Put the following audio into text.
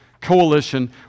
coalition